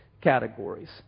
categories